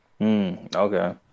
Okay